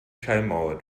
schallmauer